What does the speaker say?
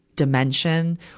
dimension